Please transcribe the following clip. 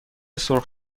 سرخ